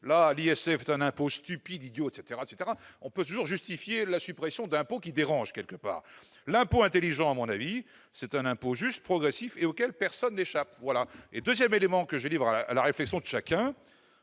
là, l'ISF est un impôt stupide, idiot ...! On peut toujours justifier la suppression d'impôts qui dérangent quelque part. L'impôt intelligent, à mon avis, c'est un impôt juste, progressif et auquel personne n'échappe. Second élément que je livre à la réflexion de chacun